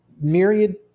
Myriad